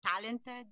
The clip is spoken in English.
talented